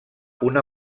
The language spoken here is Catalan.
una